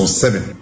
seven